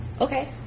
Okay